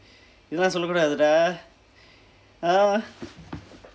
இதெல்லாம் சொல்ல கூடாது:ithellaam solla kuudaathu dah ah